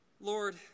Lord